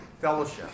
Fellowship